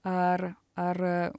ar ar